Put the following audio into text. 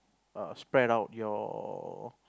err spread out your